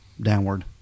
downward